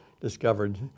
discovered